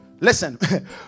listen